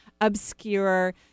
obscure